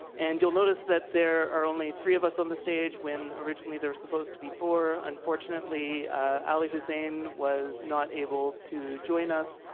and you'll notice that there are only three of us on the stage when originally there was supposed to be four. unfortunately ali hussein was not able to join us.